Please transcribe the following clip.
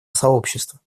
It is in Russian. сообщества